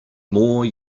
more